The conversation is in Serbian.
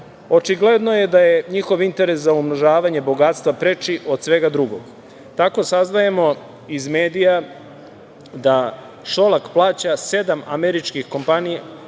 slučajno. Očigledno je da je njihov interes za umnožavanje bogatstva preči od svega drugog. Tako saznajemo iz medija da Šolak plaća sedam američkih kompanija